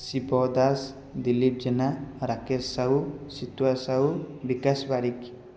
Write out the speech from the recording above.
Shiva Das Dilip Jena Rakesh Sahu Situa Sahu Bikash Barik